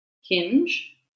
Hinge